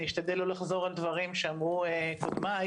אני אשתדל לא לחזור על דברים שאמרו קודמיי.